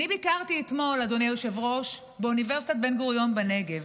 אני ביקרתי אתמול באוניברסיטת בן-גוריון בנגב.